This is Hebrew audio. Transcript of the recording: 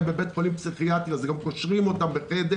בבית חולים פסיכיאטרי אז גם קושרים אותם בחדר.